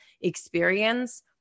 experience